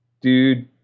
Dude